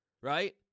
right